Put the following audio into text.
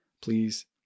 please